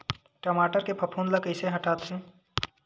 टमाटर के फफूंद ल कइसे हटाथे?